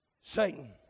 Satan